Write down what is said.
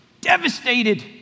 devastated